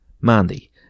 Mandy